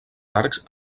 arcs